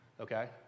okay